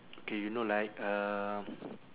okay you know like uh